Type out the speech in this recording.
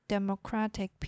Democratic